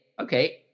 okay